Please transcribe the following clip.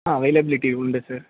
ஆ availability உண்டு sir